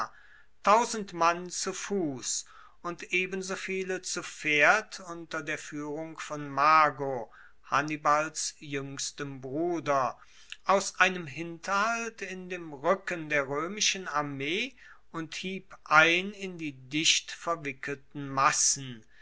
mann zu fuss und ebensoviele zu pferd unter der fuehrung von mago hannibals juengstem bruder aus einem hinterhalt in dem ruecken der roemischen armee und hieb ein in die dicht verwickelten massen